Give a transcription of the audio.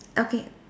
okay